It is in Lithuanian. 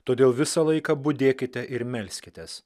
todėl visą laiką budėkite ir melskitės